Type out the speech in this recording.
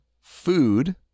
food